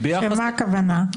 למה הכוונה?